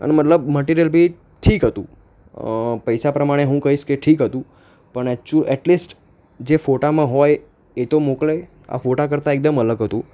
અને મતલબ મટિરિયલ બી ઠીક હતું પૈસા પ્રમાણે હું કહીશ કે ઠીક હતું પણ એક્ચુ અટલીસ્ટ જે ફોટામાં હોય એ તો મોકલે આ ફોટા કરતાં એકદમ અલગ હતું